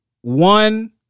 one